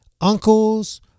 uncles